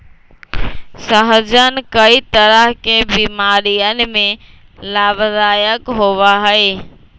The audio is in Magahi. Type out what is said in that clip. सहजन कई तरह के बीमारियन में लाभदायक होबा हई